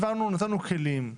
נתנו כלים.